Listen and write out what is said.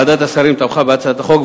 ועדת השרים תמכה בהצעת החוק,